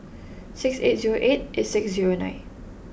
six eight zero eight eight six zero nine